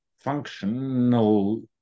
functional